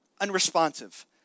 unresponsive